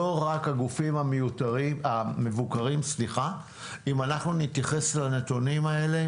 לא רק הגופים המבוקרים אם נתייחס לנתונים האלה